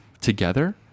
together